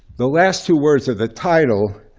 the last two words of the title,